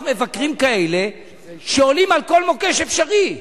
מבקרים כאלה שעולים על כל מוקש אפשרי.